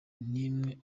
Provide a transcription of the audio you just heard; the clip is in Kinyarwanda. n’imwe